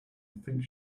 think